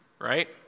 Right